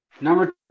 Number